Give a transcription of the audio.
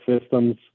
systems